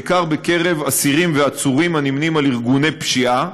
בעיקר בקרב אסירים ועצורים הנמנים עם ארגוני פשיעה,